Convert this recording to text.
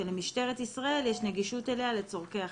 שלמשטרת ישראל יש נגישות אליה לצרכי אכיפה.